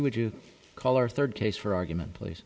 would you call our third case for argument place